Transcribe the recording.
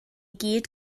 gyd